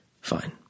fine